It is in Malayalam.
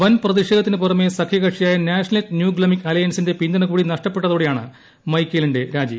വൻപ്രതിഷേധത്തിനു പുറമേ സഖ്യകക്ഷിയായ നാഷണലിസ്റ്റ് ന്യൂ ഗ്ലെമിക് അലൈൻസിന്റെ പിന്തുണ കൂടി നഷ്ടപ്പെട്ടതോടെയാണ് മൈക്കേലിന്റെ രാജി